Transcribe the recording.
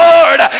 Lord